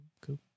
Cool